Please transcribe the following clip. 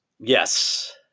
Yes